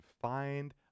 find